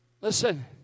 Listen